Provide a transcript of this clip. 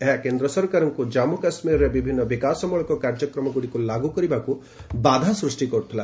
ଏହା କେନ୍ଦ୍ର ସରକାରଙ୍କୁ ଜାମ୍ମୁ କାଶ୍ମୀରରେ ବିଭିନ୍ନ ବିକାଶମୂଳକ କାର୍ଯ୍ୟକ୍ରମଗୁଡ଼ିକୁ ଲାଗୁ କରିବାକୁ ବାଧା ଦେଉଥିଲା